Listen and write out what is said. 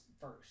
first